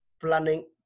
planning